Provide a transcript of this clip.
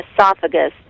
esophagus